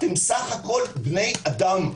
אתם סך הכול בני אדם.